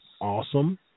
awesome